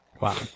Wow